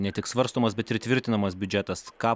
ne tik svarstomas bet ir tvirtinamas biudžetas ką